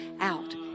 out